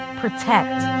protect